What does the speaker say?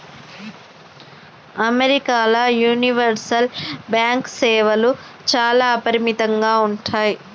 అమెరికాల universal bank సేవలు చాలా అపరిమితంగా ఉంటయ్